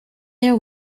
their